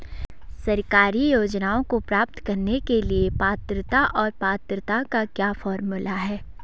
सरकारी योजनाओं को प्राप्त करने के लिए पात्रता और पात्रता का क्या फार्मूला है?